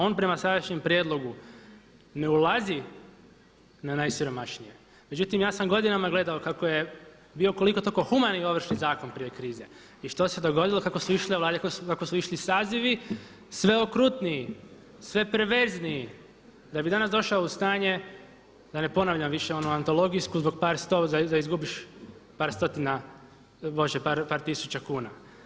On prema sadašnjem prijedlogu ne ulazi na najsiromašnije međutim ja sam godinama gledao kako je bio koliko toliko humani Ovršni zakon prije krize i što se dogodilo kako su išli sazivi, sve okrutniji, sve perverzniji da bi danas došao u stanje da ne ponavljam više ono antologijsku zbog par stotina da izgubiš par stotina, Bože par tisuća kuna.